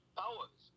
powers